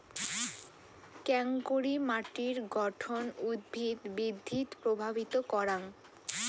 কেঙকরি মাটির গঠন উদ্ভিদ বৃদ্ধিত প্রভাবিত করাং?